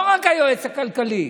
לא רק היועץ הכלכלי.